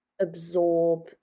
absorb